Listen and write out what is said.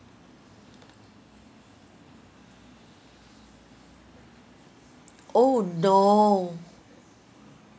oh no